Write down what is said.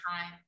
time